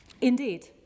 Indeed